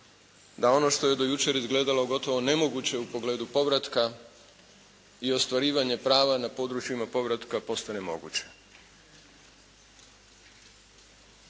Da ono što je do jučer izgledalo gotovo nemoguće u pogledu povratka i ostvarivanja prava na područjima povratka postane moguće.